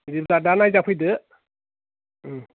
बिदिब्ला दा नायजाफैदो